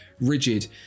rigid